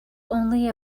only